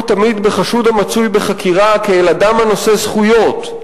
תמיד בחשוד המצוי בחקירה כאדם הנושא זכויות,